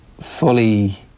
fully